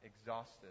exhausted